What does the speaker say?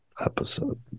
episode